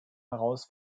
heraus